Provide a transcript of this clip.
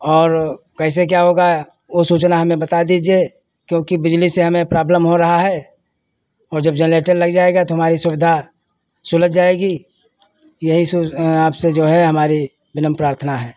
और कैसे क्या होगा वह सूचना हमें बता दीजिए क्योंकि बिजली से हमें प्रॉब्लम हो रही है और जब जनरेटर लग जाएगा तो हमारी सुविधा सुलझ जाएगी यही सो आपसे जो है हमारी विनम्र प्रार्थना है